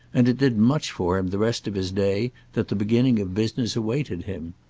and it did much for him the rest of his day that the beginning of business awaited him.